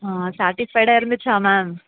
ஆ சாட்டிஸ்ஃபைடாக இருந்துச்சா மேம்